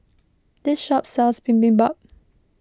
this shop sells Bibimbap